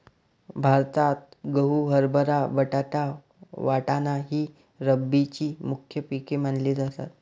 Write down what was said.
भारतात गहू, हरभरा, बटाटा, वाटाणा ही रब्बीची मुख्य पिके मानली जातात